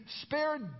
spared